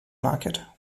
market